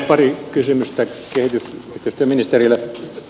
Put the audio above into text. pari kysymystä kehitysyhteistyöministerille